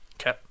Okay